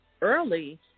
early